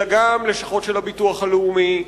אלא גם לשכות של הביטוח הלאומי.